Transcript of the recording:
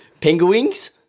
penguins